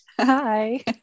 Hi